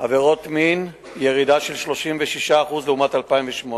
עבירות מין, ירידה של 36% לעומת 2008,